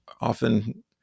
often